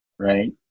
Right